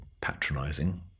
patronizing